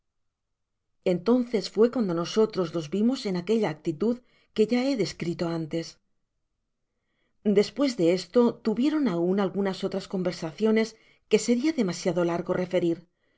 entonces fué cuando nosotros los vimos en aquella actitud que ya he descrito antes despues de esto tuvieron aun algunas otras conversaciones que seria demasiado largo referir